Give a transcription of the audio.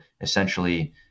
essentially